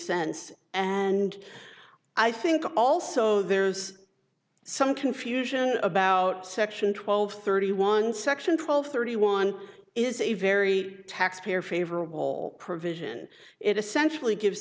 sense and i think also there's some confusion about section twelve thirty one section twelve thirty one is a very taxpayer favorable provision it essentially gives